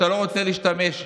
שאתה לא רוצה להשתמש,